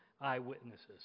eyewitnesses